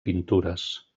pintures